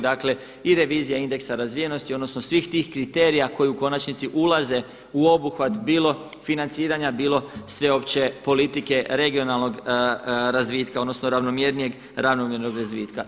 Dakle i revizija indeksa razvijenosti, odnosno svih tih kriterija koji u konačnici ulaze u obuhvat bilo financiranja, bilo sveopće politike regionalnog razvitka, odnosno ravnomjernijeg ravnomjernog razvitka.